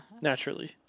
Naturally